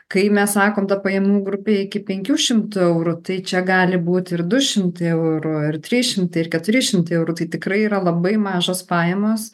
kai mes sakom ta pajamų grupė iki penkių šimtų eurų tai čia gali būti ir du šimtai eurų ar trys šimtai keturi šimtai eurų tai tikrai yra labai mažos pajamos